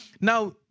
Now